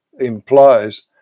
implies